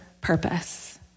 purpose